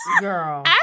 girl